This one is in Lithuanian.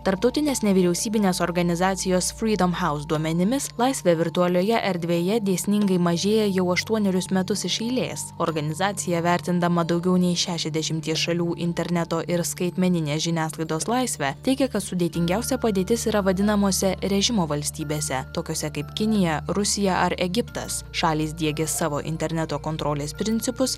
tarptautinės nevyriausybinės organizacijos freedom house duomenimis laisvė virtualioje erdvėje dėsningai mažėja jau aštuonerius metus iš eilės organizacija vertindama daugiau nei šešiasdešimties šalių interneto ir skaitmeninės žiniasklaidos laisvę teigia kad sudėtingiausia padėtis yra vadinamose režimo valstybėse tokiose kaip kinija rusija ar egiptas šalys diegia savo interneto kontrolės principus